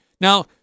Now